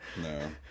No